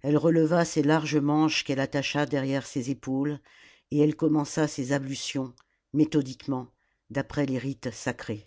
elle releva ses larges manches qu'elle attacha derrière ses épaules et elle commença ses ablutions méthodiquement d'après les rites sacrés